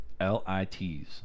l-i-t's